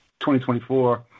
2024